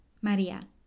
María